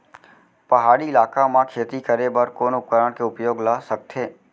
पहाड़ी इलाका म खेती करें बर कोन उपकरण के उपयोग ल सकथे?